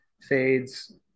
fades